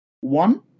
One